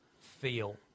feel